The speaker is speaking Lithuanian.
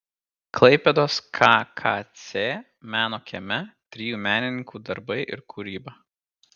klaipėdos kkc meno kieme trijų menininkų darbai ir kūryba